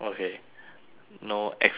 no exclamations